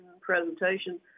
presentation